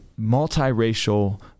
multiracial